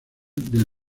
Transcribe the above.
del